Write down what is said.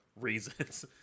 reasons